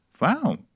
wow